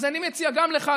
אז אני מציע גם לך,